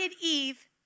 Eve